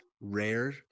rare